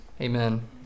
Amen